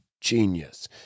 genius